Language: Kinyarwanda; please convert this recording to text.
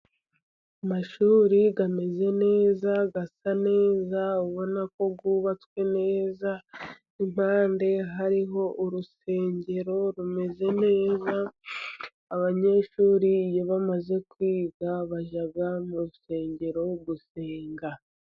Amashuri ameze neza, asa neza ubonako yubatswe neza, impande hariho urusengero rumeze neza. Abanyeshuri iyo bamaze kwiga bajya mu rusengero gusenga.